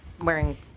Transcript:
wearing